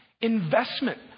investment